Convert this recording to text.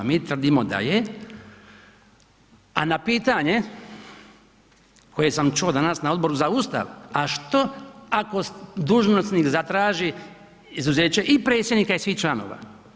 Mi tvrdimo da je a na pitanje koje sam čuo danas na Odboru za Ustav a što ako dužnosnik zatraži izuzeće i predsjednika i svih članova.